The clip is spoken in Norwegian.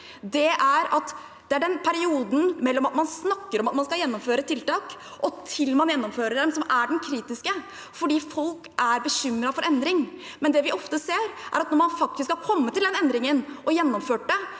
det er den perioden mellom at man snakker om at man skal gjennomføre tiltak, og til man gjennomfører dem, som er den kritiske, for folk er bekymret for endring. Men det vi ofte ser, er at når man faktisk har kommet til den endringen og gjennomført det,